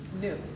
new